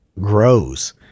grows